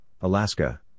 Alaska